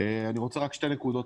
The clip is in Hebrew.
אני רוצה להעלות שתי נקודות: